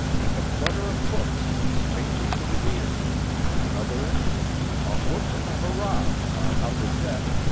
and the flutter of hoofs comes faintly to the ear another instant a whoop and a hurrah from our upper deck,